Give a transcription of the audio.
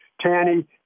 Tanny